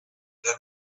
there